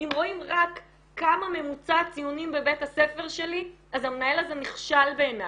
אם רואים רק כמה ממוצע ציונים בבית הספר שלי אז המנהל הזה נכשל בעיניי.